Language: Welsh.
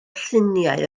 lluniau